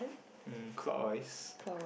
mm clockwise